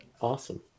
awesome